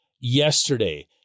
yesterday